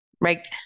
Right